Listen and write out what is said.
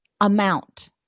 amount